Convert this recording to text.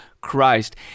Christ